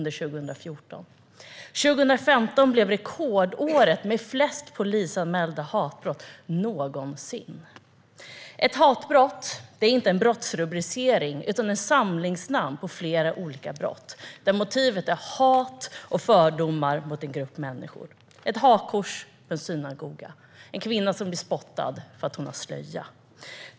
År 2015 blev rekordåret, med flest polisanmälda hatbrott någonsin. Hatbrott är inte en brottsrubricering utan ett samlingsnamn på flera olika brott där motivet är hat och fördomar mot en grupp människor. Det kan vara fråga om ett hakkors på en synagoga eller en kvinna som blir bespottad för att hon bär slöja.